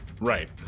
Right